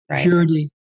purity